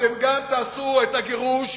אתם תעשו את הגירוש,